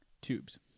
Tubes